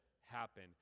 happen